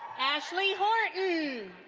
ashley horton.